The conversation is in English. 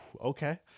Okay